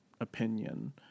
opinion